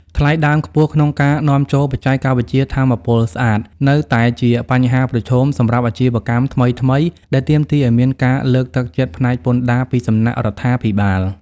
ថ្លៃដើមខ្ពស់ក្នុងការនាំចូលបច្ចេកវិទ្យាថាមពលស្អាត នៅតែជាបញ្ហាប្រឈមសម្រាប់ អាជីវកម្មថ្មីៗ ដែលទាមទារឱ្យមានការលើកទឹកចិត្តផ្នែកពន្ធដារពីសំណាក់រដ្ឋាភិបាល។